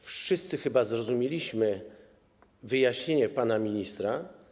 Wszyscy chyba zrozumieliśmy wyjaśnienie pana ministra.